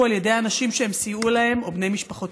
על ידי אנשים שהם סייעו להם או על ידי בני משפחותיהם.